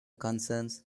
concerns